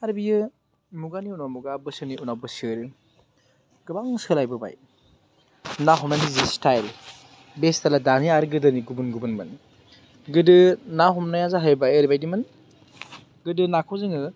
आरो बेयो मुगानि उनाव मुगा बोसोरनि उनाव बोसोर गोबां सोलायबोबाय ना हमनायनि जि स्टाइल बे स्टाइलआ दानि आरो गोदोनि गुबुन गुबुनमोन गोदो ना हमनाया जाहैबाय ओरैबायदिमोन गोदो नाखौ जोङो